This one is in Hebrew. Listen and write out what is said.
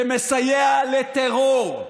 שמסייע לטרור,